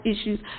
issues